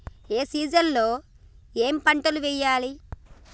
ఏ season లో ఏం పంటలు వెయ్యాలి?